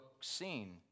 scene